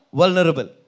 vulnerable